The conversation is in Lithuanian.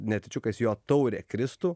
netyčiukas jo taurė kristų